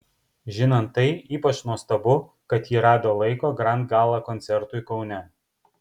žinant tai ypač nuostabu kad ji rado laiko grand gala koncertui kaune